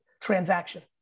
transaction